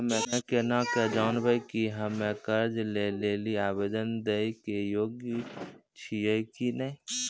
हम्मे केना के जानबै कि हम्मे कर्जा लै लेली आवेदन दै के योग्य छियै कि नै?